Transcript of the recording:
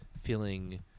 feeling